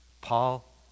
Paul